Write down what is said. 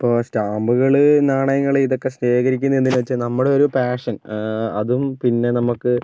ഇപ്പോൾ സ്റ്റാമ്പുകള് നാണയങ്ങള് ഇതൊക്കെ ശേഖരിക്കുന്നതെന്ന് വെച്ചാൽ നമ്മുടെ ഒരു പാഷൻ അതും പിന്നെ നമുക്ക്